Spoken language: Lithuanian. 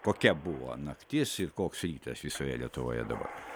kokia buvo naktis ir koks rytas visoje lietuvoje dabar